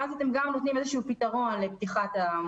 ואז אתם גם נותנים איזה שהוא פתרון לפתיחת התיאטראות